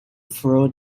through